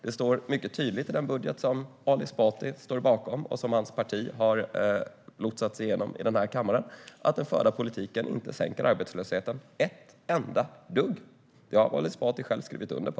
Det står mycket tydligt i den budget som Ali Esbati står bakom och som hans parti har lotsats igenom i den här kammaren att den förda politiken inte sänker arbetslösheten ett enda dugg. Det har Ali Esbati själv skrivit under på.